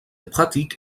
pratique